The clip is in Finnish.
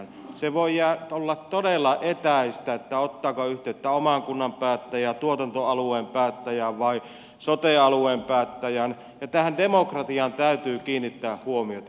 se voi olla todella etäistä ottaako yhteyttä oman kunnan päättäjään tuotantoalueen päättäjään vai sote alueen päättäjään ja tähän demokratiaan täytyy kiinnittää huomiota